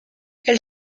elle